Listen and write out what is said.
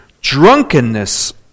drunkenness